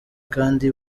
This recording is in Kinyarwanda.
kandi